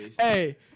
hey